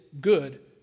good